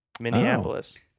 Minneapolis